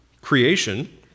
creation